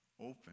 open